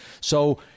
So-